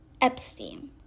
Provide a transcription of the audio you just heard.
Epstein